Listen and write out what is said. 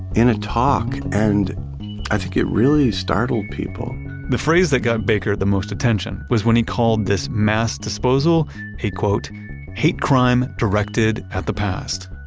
in a talk, and i think it really startled people the phrase that got baker the most attention was when he called this mass disposal a hate crime directed at the past.